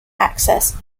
access